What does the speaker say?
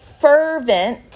Fervent